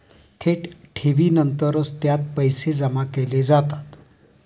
थेट ठेवीनंतरच त्यात पैसे जमा केले जातात